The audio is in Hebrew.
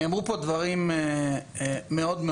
נאמרו פה דברים קשים מאוד,